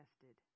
tested